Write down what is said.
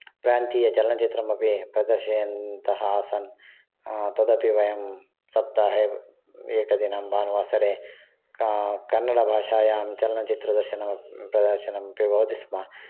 प्रान्तीयचलनचित्रम् अपि प्रदर्शयन्तः आसन् तदपि वयं सप्ताहे एकदिनं भानुवासरे कन्नडभाषायां चलनचित्रदर्शनं प्रदर्शनमपि भवति स्म